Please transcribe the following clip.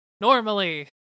normally